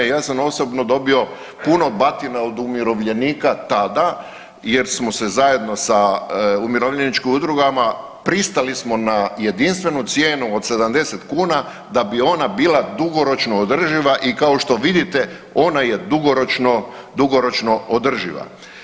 Ja sam osobno dobio puno batina od umirovljenika tada, jer smo se zajedno sa umirovljeničkim udrugama pristali smo na jedinstvenu cijenu od 70 kuna, da bi ona bila dugoročno održiva i kao što vidite ona je dugoročno održiva.